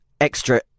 extra